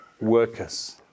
workers